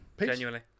Genuinely